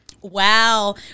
Wow